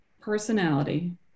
personality